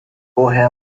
vorher